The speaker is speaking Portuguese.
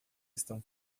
estão